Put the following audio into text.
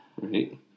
Right